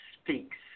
Speaks